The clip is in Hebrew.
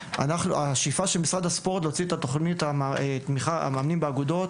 השאיפה של משרד הספורט להוציא את התכנית התמיכה למאמנים באגודות,